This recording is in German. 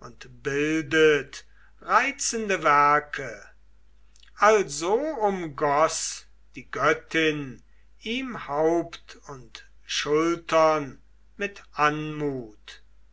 und bildet reizende werke also umgoß die göttin ihm haupt und schultern mit anmut